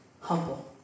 humble